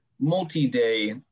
multi-day